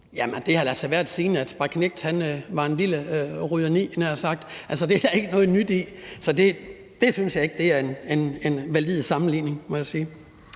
Jamen det har der altså været, lige siden Ruder Konge var knægt, havde jeg nær sagt. Altså, det er der ikke noget nyt i. Så det synes jeg ikke er en valid sammenligning, må jeg sige.